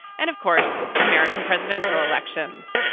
and, of course, american presidential elections.